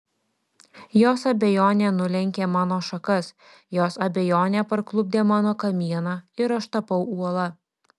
jos abejonė nulenkė mano šakas jos abejonė parklupdė mano kamieną ir aš tapau uola